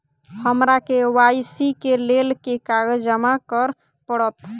हमरा के.वाई.सी केँ लेल केँ कागज जमा करऽ पड़त?